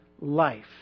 life